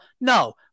No